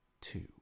two